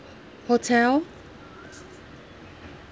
hotel